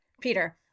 Peter